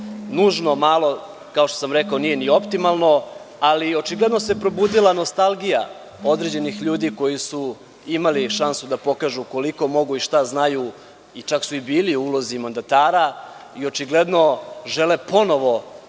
nužno malo nije ni optimalno. Ali, očigledno se probudila nostalgija određenih ljudi koji su imali šansu da pokažu koliko mogu i šta znaju i čak su i bili u ulozi mandatara i očigledno žele ponovo